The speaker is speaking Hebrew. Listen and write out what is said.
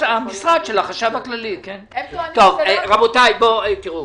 רבותיי תראו,